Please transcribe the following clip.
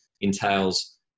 entails